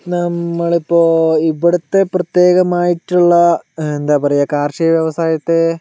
നമ്മൾ ഇപ്പോൾ ഇവിടുത്തെ പ്രത്യേകമായിട്ടുള്ള എന്താ പറയുക കാർഷിക വ്യവസായത്തെ